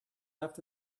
left